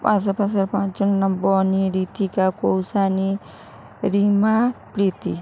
আশেপাশের পাঁচজনের নাম বনি রিতিকা কৌশানী রিমা প্রীতি